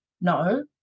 no